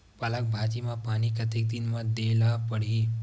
पालक भाजी म पानी कतेक दिन म देला पढ़ही?